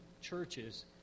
churches